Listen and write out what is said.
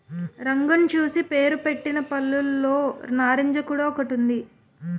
రంగును చూసి పేరుపెట్టిన పళ్ళులో నారింజ కూడా ఒకటి ఉంది